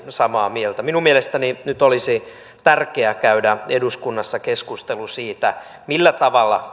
samaa mieltä minun mielestäni nyt olisi tärkeää käydä eduskunnassa keskustelu siitä millä tavalla